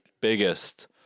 biggest